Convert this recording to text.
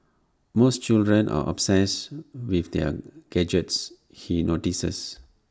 most children are obsessed with their gadgets he notices